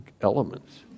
elements